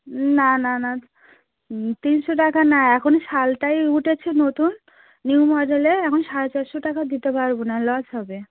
না না না তিনশো টাকা না এখন শালটাই উঠেছে নতুন নিউ মডেলের এখন সাড়ে চারশো টাকা দিতে পারব না লস হবে